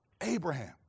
Abraham